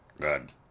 Good